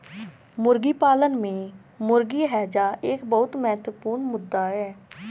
मुर्गी पालन में मुर्गी हैजा एक बहुत महत्वपूर्ण मुद्दा है